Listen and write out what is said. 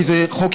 כי זה חוק-יסוד.